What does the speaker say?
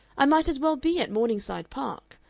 i might as well be at morningside park.